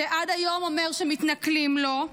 שעד היום אומר שמתנכלים לו.